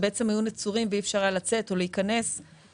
ובעצם היו נצורים כך שאי אפשר היה לצאת או להיכנס אליהם,